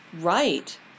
right